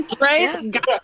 right